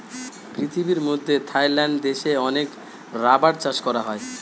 পৃথিবীর মধ্যে থাইল্যান্ড দেশে অনেক রাবার চাষ করা হয়